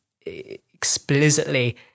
explicitly